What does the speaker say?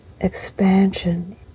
expansion